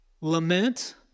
lament